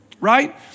Right